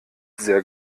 sehr